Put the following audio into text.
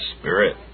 spirit